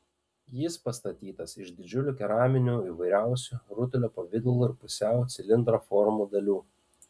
jis pastatytas iš didžiulių keraminių įvairiausių rutulio pavidalo ir pusiau cilindro formų dalių